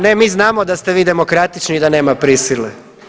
Ne, mi znamo da ste vi demokratični i da nema prisile.